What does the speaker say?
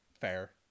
fair